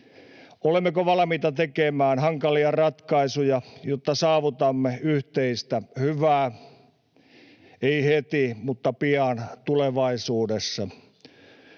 Olemmeko valmiita tekemään hankalia ratkaisuja, jotta saavutamme yhteistä hyvää, emme heti mutta pian tulevaisuudessa?